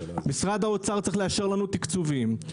משרד האוצר צריך לאשר לנו תקצובים,